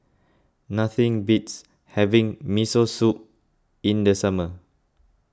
nothing beats having Miso Soup in the summer